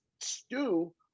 stew